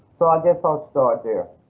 so i guess i'll start there.